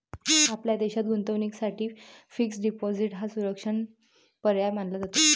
आपल्या देशात गुंतवणुकीसाठी फिक्स्ड डिपॉजिट हा सुरक्षित पर्याय मानला जातो